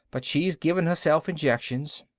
but she's giving herself injections.